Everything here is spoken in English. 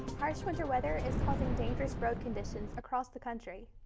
harsh winter weather is causing dangerous road conditions across the country.